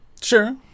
Sure